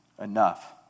enough